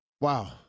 Wow